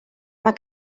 mae